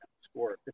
score